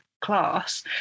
class